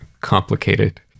complicated